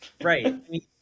right